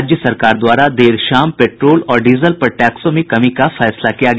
राज्य सराकर द्वारा देर शाम पेट्रोल और डीजल पर टैक्सों में कमी का फैसला किया गया